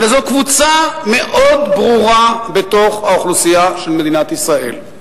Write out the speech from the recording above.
אלא זו קבוצה מאוד ברורה בתוך האוכלוסייה של מדינת ישראל,